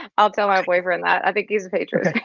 i'll tell my boyfriend that, i think he's a patriot.